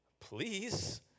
please